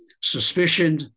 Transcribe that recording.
suspicion